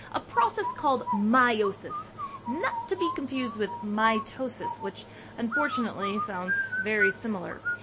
a process called meiosis not to be confused with mitosis which unfortunately sounds very similar.